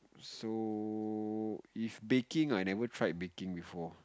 so if baking I never tried baking before